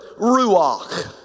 ruach